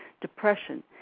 depression